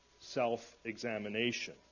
self-examination